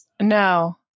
No